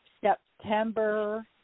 September